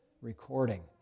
recording